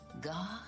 God